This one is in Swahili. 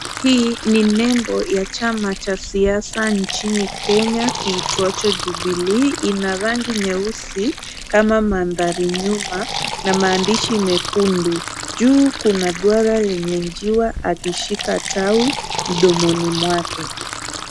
Hii ni nembo ya chama cha siasa nchini Kenya kiitwacho jubilee. Ina rangi nyeusi kama mandhari nyuma, na maandishi mekundu. Juu kuna duara lenye jiwa akishika tawi, mdomoni mwake.